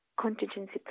contingency